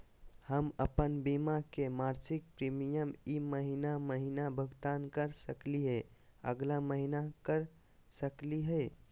हम अप्पन बीमा के मासिक प्रीमियम ई महीना महिना भुगतान कर सकली हे, अगला महीना कर सकली हई?